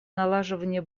налаживание